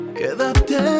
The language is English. Quédate